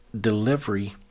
delivery